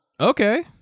Okay